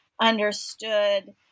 understood